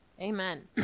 Amen